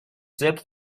zip